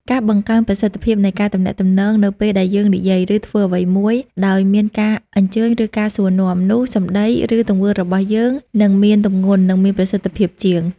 ការបង្កើនប្រសិទ្ធភាពនៃការទំនាក់ទំនងនៅពេលដែលយើងនិយាយ ឬធ្វើអ្វីមួយដោយមានការអញ្ជើញ ឬការសួរនាំ នោះសម្ដី ឬទង្វើរបស់យើងនឹងមានទម្ងន់ និងមានប្រសិទ្ធភាពជាង។